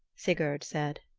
sigurd said.